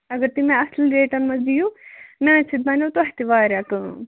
اَگر تُہۍ مےٚ اَصٕل ریٹَن منٛز دِیو میٛانہِ سۭتۍ بَننو تۄہہِ تہِ واریاہ کٲم